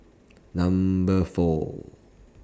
Number four